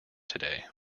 today